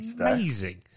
amazing